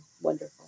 wonderful